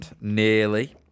nearly